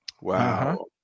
wow